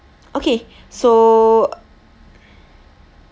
okay so